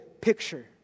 picture